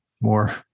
more